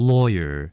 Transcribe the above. Lawyer